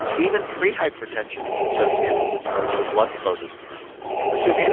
even pre-hypertension is associated with lower blood flow to the brain which is and